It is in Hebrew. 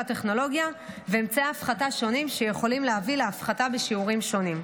טכנולוגיה ואמצעי הפחתה שונים שיכולים להביא להפחתה בשיעורים שונים.